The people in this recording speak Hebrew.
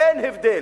אין הבדל.